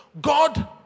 God